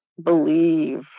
believe